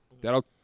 That'll